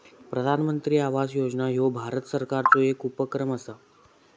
प्रधानमंत्री आवास योजना ह्यो भारत सरकारचो येक उपक्रम असा